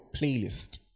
playlist